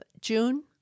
June